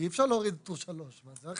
אי אפשר להוריד את טור 3, מה.